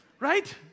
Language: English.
Right